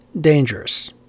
dangerous